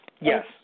Yes